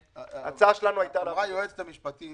אמרה היועצת המשפטית